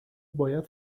باید